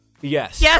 Yes